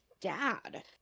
dad